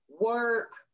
work